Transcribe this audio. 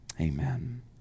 amen